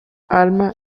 alma